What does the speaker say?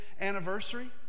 anniversary